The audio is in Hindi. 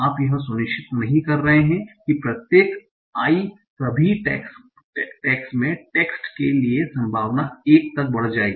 आप यह सुनिश्चित नहीं कर रहे हैं कि प्रत्येक I सभी टैग्स में टेक्स्ट के लिए संभावना 1 तक बढ़ जाएगी